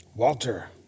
Walter